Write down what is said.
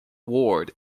ward